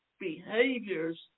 behaviors